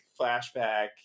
flashback